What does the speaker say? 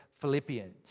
Philippians